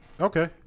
Okay